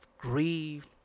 grieve